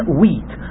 wheat